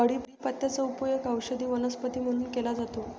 कढीपत्त्याचा उपयोग औषधी वनस्पती म्हणून केला जातो